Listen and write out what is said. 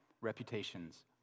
reputations